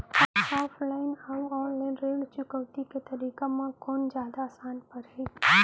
Offline अऊ online ऋण चुकौती के तरीका म कोन जादा आसान परही?